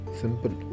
simple